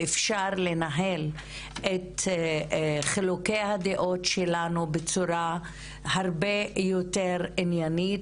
שאפשר לנהל את חילוקי הדעות שלנו בצורה הרבה יותר עניינית